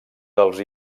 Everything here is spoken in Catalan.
dels